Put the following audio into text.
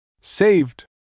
Saved